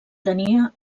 tenia